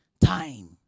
Time